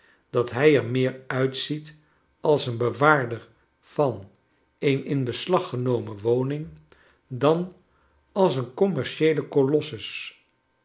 dat hij er meer uitziet als een bewaarder van een in beslag genomen woning dan als een commercieele kolossus